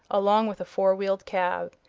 along with a four-wheeled cab.